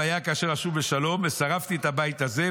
והיה כאשר אשוב בשלום ושרפתי את הבית הזה.